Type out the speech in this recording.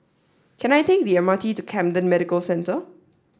can I take the M R T to Camden Medical Center